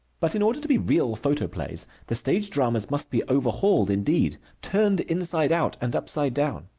but in order to be real photoplays the stage dramas must be overhauled indeed, turned inside out and upside down.